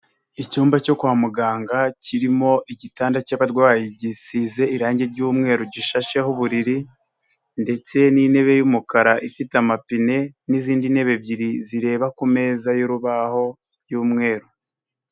Icyumba cyo kwa muganga, kirimo igitanda cy'abarwayi gisize irangi r'yumweru, gishasheho uburiri ndetse n'intebe y'umukara ifite amapine n'izindi ntebe ebyiri zireba ku meza y'urubaho y'umweru.